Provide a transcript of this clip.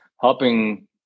helping